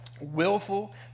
willful